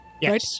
Yes